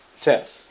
test